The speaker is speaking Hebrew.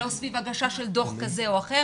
לא סביב הגשה של דו"ח כזה או אחר,